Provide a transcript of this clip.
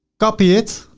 copy it,